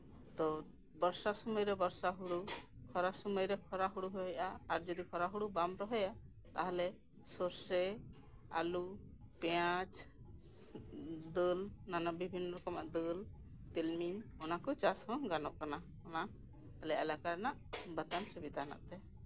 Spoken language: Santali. ᱛᱚ ᱵᱚᱨᱥᱟ ᱥᱩᱢᱟᱹᱭ ᱨᱮ ᱵᱚᱨᱥᱟ ᱦᱳᱲᱳ ᱠᱷᱚᱨᱟ ᱥᱩᱢᱟᱹᱭ ᱨᱮ ᱠᱷᱚᱨᱟ ᱦᱳᱲᱳᱜᱼᱟ ᱟᱨ ᱡᱚᱫᱤ ᱠᱷᱚᱨᱟ ᱦᱳᱲᱳ ᱵᱟᱢ ᱨᱚᱦᱚᱭᱟ ᱛᱟᱦᱚᱞᱮ ᱥᱚᱨᱥᱮ ᱟᱞᱩ ᱯᱮᱸᱭᱟᱡᱽ ᱫᱟᱹᱞ ᱵᱤᱵᱷᱤᱱ ᱨᱚᱠᱚᱢᱟᱜ ᱫᱟᱹᱞ ᱛᱤᱞᱢᱤᱧ ᱚᱱᱟᱠᱩ ᱪᱟᱥᱦᱚᱸ ᱜᱟᱱᱚᱜ ᱠᱟᱱᱟ ᱚᱱᱟ ᱟᱞᱮ ᱮᱞᱟᱠᱟ ᱨᱮᱱᱟᱜ ᱵᱟᱛᱟᱱ ᱥᱩᱵᱤᱫᱟ ᱢᱮᱱᱟᱜ ᱛᱮ